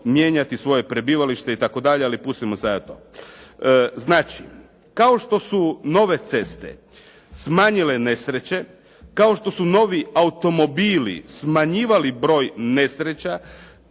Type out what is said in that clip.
mijenjati svoje prebivalište itd. ali pustimo sada to. Znači, kao što su nove ceste smanjile nesreće, kao što su novi automobili smanjivali broj nesreća,